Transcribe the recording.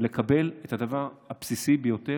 לקבל את הדבר הבסיסי ביותר,